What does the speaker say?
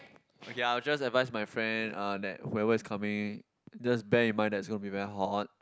okay I'll just advise my friend uh that whoever is coming just bear in mind that it's gonna be very hot